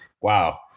wow